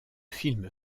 film